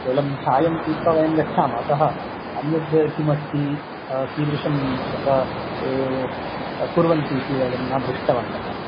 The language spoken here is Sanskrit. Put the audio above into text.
केवलं चायं पित्वा वयं गच्छामः अतः अन्यत् किमस्ति कीदृशं तत्र ते कुर्वन्ति इति वयं न दृष्टवन्तः